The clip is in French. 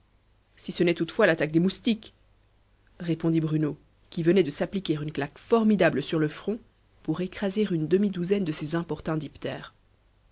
si ce n'est toutefois l'attaque des moustiques répondit bruno qui venait de s'appliquer une claque formidable sur le front pour écraser une demi-douzaine de ces importuns